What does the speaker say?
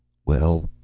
well,